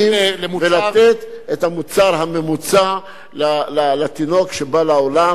ולתת את המוצר הממוצע לתינוק שבא לעולם,